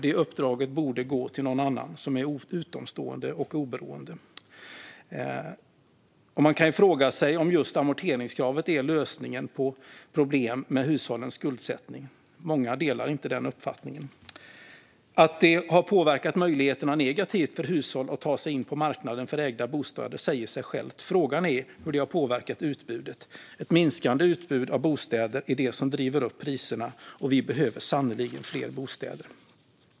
Det uppdraget borde gå till någon annan som är utomstående och oberoende. Man kan fråga sig om just amorteringskravet är lösningen på problemet med hushållens skuldsättning. Många delar inte den uppfattningen. Att möjligheterna för hushåll att ta sig in på marknaden för ägda bostäder har påverkats negativt säger sig självt. Frågan är om det har påverkat utbudet. Ett minskande utbud av bostäder är det som driver upp priserna, och vi behöver sannerligen fler bostäder.